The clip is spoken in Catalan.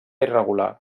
irregular